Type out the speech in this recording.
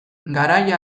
garaia